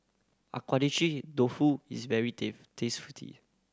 Agedashi Dofu is very